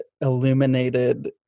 illuminated